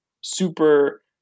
super